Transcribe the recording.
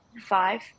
Five